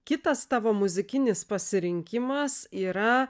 kitas tavo muzikinis pasirinkimas yra